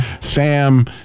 Sam